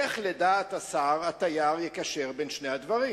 איך לדעת השר התייר יקשר בין שני הדברים?